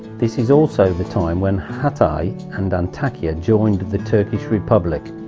this is also the time when hatay and antakya joined the turkish republic.